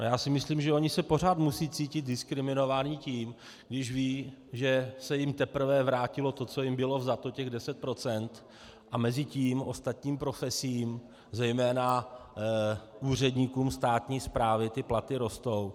A já si myslím, že oni se pořád musí cítit diskriminováni tím, když ví, že se jim teprve vrátilo to, co jim bylo vzato, těch deset procent a mezitím ostatním profesím, zejména úředníkům státní správy ty platy rostou.